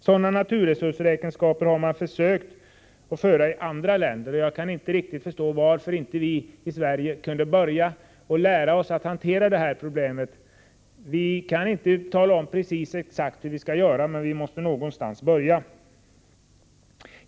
Sådana naturresursräkenskaper har man försökt att ha i andra länder. Jag kan inte riktigt förstå varför vi i Sverige inte kan lära oss att hantera det problemet. Det är svårt att exakt tala om hur det skall gå till. Men någonstans måste vi ju börja.